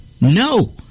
No